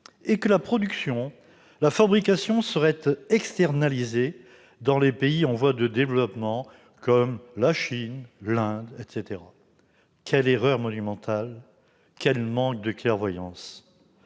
que la production et la fabrication seraient externalisées dans les pays en voie de développement, comme la Chine, l'Inde ... Quelle erreur monumentale ! Quel manque de clairvoyance !